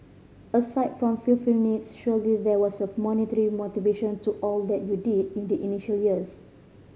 aside from fulfilling needs surely there was a monetary motivation to all that you did in the initial years